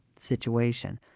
situation